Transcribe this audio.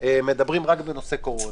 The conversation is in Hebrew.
מדברים רק בנושא קורונה.